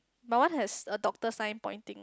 my one has a doctor sign pointing